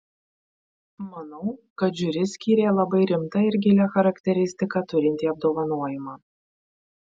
manau kad žiuri skyrė labai rimtą ir gilią charakteristiką turintį apdovanojimą